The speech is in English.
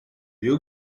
you